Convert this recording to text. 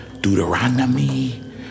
Deuteronomy